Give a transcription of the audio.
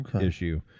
issue